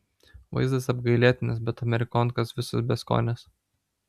vaizdas apgailėtinas bet amerikonkos visos beskonės